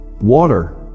Water